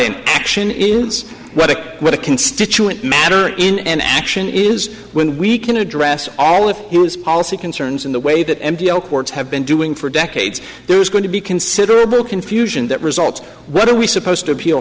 an action is what a what a constituent matter in an action is when we can address all of us policy concerns in the way that m p o courts have been doing for decades there's going to be considerable confusion that results whether we suppose to appeal